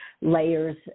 layers